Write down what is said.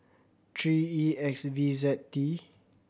three E X V Z T